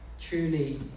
Truly